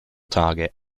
target